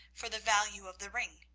for the value of the ring,